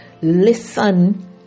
listen